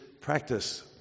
practice